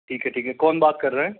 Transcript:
ठीक है ठीक है कौन बात कर रहे है